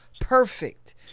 perfect